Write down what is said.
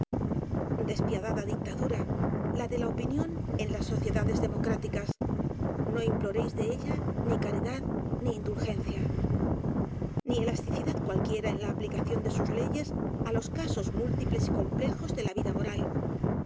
desapiadada dictadura la de la opinión en las sociedades democráticas no imploréis de ella ni caridad ni indulgencia ni elasticidad cualquiera en la aplicación de sus leyes á los casos múltiples y complejos de la vida moral